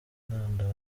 intandaro